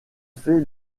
fait